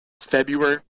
February